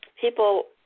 People